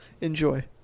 Enjoy